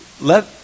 let